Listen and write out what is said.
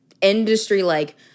industry-like